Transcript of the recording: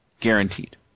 Guaranteed